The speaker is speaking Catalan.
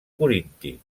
corinti